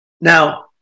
Now